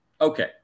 Okay